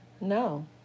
No